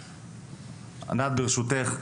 ברשותך,